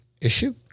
issue